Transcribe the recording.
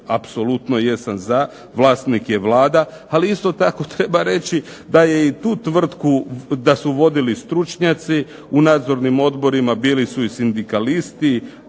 apsolutno jesam za, vlasnik je Vlada. Ali isto tako treba reći da su i tu tvrtku vodili stručnjaci, u nadzornim odborima bili su i sindikalisti,